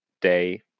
day